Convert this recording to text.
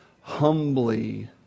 humbly